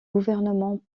gouvernement